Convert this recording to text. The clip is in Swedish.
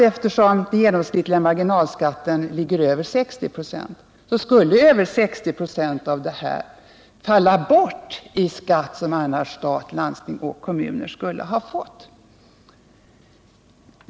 Eftersom : den genomsnittliga marginalskatten ligger över 60 96, skulle över 60 26 av det här falla bort i skatt, som i annat fall stat, landsting och kommuner skulle ha fått.